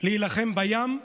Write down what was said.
להילחם בים,